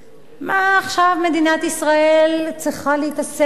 מה עכשיו מדינת ישראל צריכה להתעסק עם